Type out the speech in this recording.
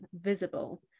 visible